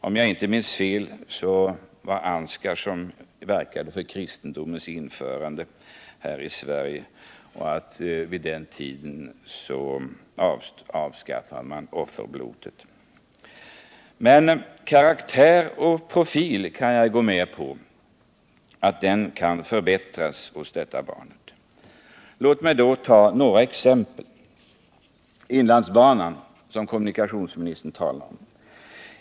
Om jag inte minns fel, var det Ansgar som verkade för kristendomens införande i Sverige och att man vid den tiden avskaffade offerblotet. Men att karaktär och profil kan förbättras hos detta barn kan jag gå med på. Låt mig ta några exempel. Först inlandsbanan, som kommunikationsministern talar om.